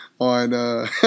on